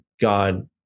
God